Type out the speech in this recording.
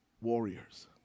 Warriors